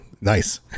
nice